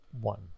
one